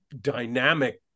dynamic